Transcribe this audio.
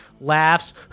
laughs